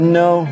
no